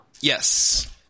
Yes